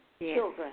Children